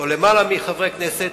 או למעלה, מחברי הכנסת,